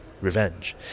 revenge